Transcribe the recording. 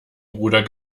ruder